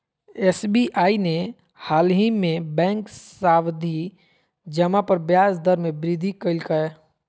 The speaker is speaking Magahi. एस.बी.आई ने हालही में बैंक सावधि जमा पर ब्याज दर में वृद्धि कइल्कय